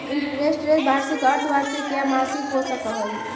interest rate वार्षिक, अर्द्धवार्षिक या मासिक हो सकऽ हई